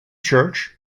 church